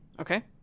Okay